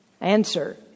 Answer